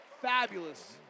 fabulous